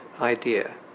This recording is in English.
idea